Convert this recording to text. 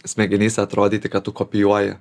smegenyse atrodyti kad kopijuoji